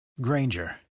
Granger